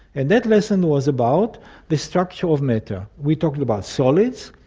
and that lesson was about the structure of matter. we talked about solids,